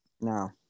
No